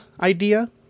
idea